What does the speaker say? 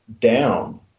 down